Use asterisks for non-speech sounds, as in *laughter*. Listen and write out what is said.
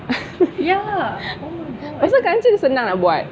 *noise* pasal scrunchie senang nak buat